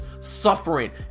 suffering